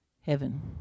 heaven